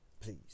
Please